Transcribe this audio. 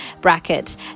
bracket